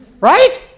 Right